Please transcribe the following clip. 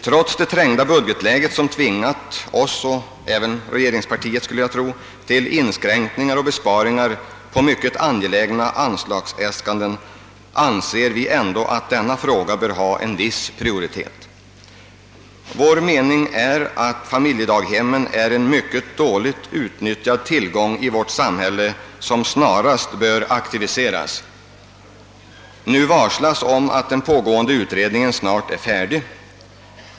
Trots det trängda budgetläget som tvingat oss, och jag skulle tro även regeringspartiet, till inskränkningar och besparingar beträffande mycket angelägna anslagsäskanden anser vi att denna fråga bör ha en viss prioritet. Vi menar att familjedaghemmen är en mycket dåligt utnyttjad tillgång i wårt samhälle, som snarast bör aktiveras. Nu varslas det om att den pågående utredningen snart är färdig.